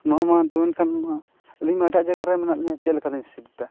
ᱱᱚᱣᱟ ᱢᱟᱛᱚ ᱢᱮᱱᱠᱷᱟᱱ ᱟᱹᱞᱤᱧᱢᱟ ᱮᱴᱟᱜ ᱡᱟᱭᱜᱟ ᱨᱮ ᱢᱮᱱᱟᱜ ᱞᱤᱧᱟᱹ ᱪᱮᱫ ᱞᱮᱠᱟ ᱞᱤᱧ ᱥᱤᱯᱷᱴᱼᱟ